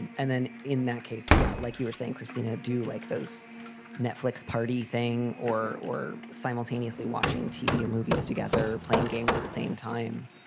and and then in that case. yeah, like you were saying, christina, do you like those netflix party thing or or simultaneously watching tv or movies together, playing games at the same time,